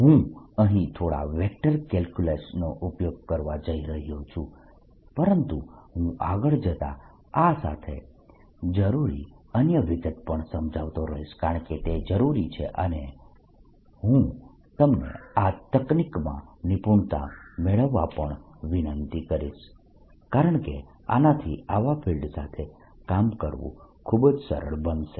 હું અહીં થોડા વેક્ટર કેલ્ક્યુલસ નો ઉપયોગ કરવા જઇ રહ્યો છું પરંતુ હું આગળ જતા આ સાથે જરૂરી અન્ય વિગત પણ સમજાવતો રહીશ કારણકે તે જરૂરી છે અને હું તમને આ તકનીકમાં નિપુણતા મેળવવા પણ વિનંતી કરીશ કારણકે આનાથી આવા ફિલ્ડસ સાથે કામ કરવું ખૂબ જ સરળ બનશે